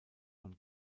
von